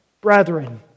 Brethren